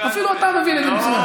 אפילו אתה מבין את זה מצוין.